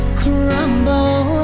crumble